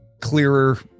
clearer